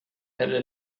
hellre